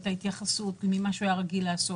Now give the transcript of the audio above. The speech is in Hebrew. את ההתייחסות ממה שהוא היה רגיל לעשות.